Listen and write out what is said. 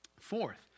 Fourth